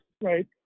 Right